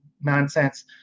nonsense